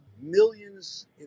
millions